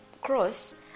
cross